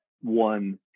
one